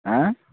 हाँ